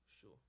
Sure